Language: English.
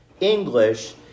English